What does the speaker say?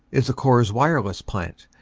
is the corps wireless plant,